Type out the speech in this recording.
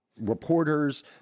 reporters